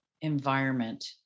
environment